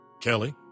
Kelly